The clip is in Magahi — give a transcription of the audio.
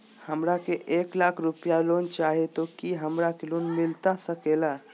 हमरा के एक लाख रुपए लोन चाही तो की हमरा के लोन मिलता सकेला?